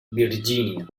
virgínia